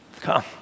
Come